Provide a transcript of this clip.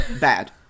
bad